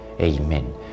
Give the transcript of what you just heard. Amen